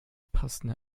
passende